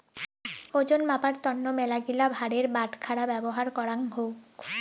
ওজন মাপার তন্ন মেলাগিলা ভারের বাটখারা ব্যবহার করাঙ হউক